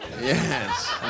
Yes